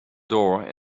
door